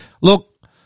Look